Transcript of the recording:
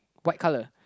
white color